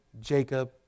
Jacob